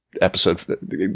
episode